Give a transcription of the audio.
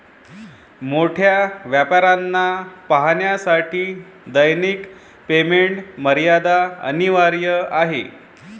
मोठ्या व्यापाऱ्यांना पाहण्यासाठी दैनिक पेमेंट मर्यादा अनिवार्य आहे